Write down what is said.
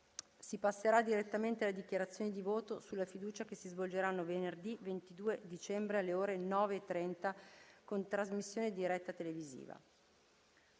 Si passerà direttamente alle dichiarazioni di voto sulla fiducia che si svolgeranno venerdì 22 dicembre, alle ore 9,30, con trasmissione diretta televisiva.